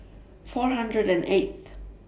four hundred and eight th